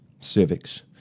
Civics